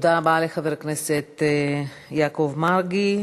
תודה רבה לחבר הכנסת יעקב מרגי.